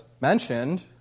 mentioned